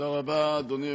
אדוני היושב-ראש,